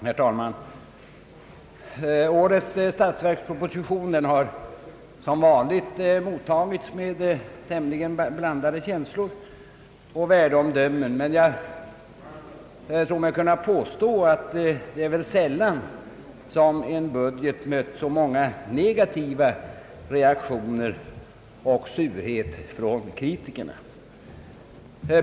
Herr talman! Årets statsverksproposition har som vanligt mottagits med tämligen blandade känslor och värdeomdömen, men jag tror mig kunna påstå att en budget sällan har mötts av så många negativa reaktioner och sådan surhet från kritikernas sida.